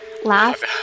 Last